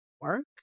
work